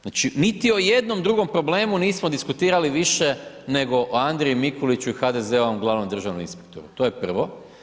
Znači niti o jednom drugom problemu nismo diskutirali više nego o Andriji Mikuliću i HDZ-ovom glavnom državnom inspektoru, to je prvo.